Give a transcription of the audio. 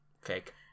Fake